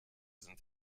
sind